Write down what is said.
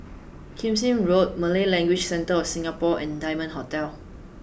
Kismis Road Malay Language Centre of Singapore and Diamond Hotel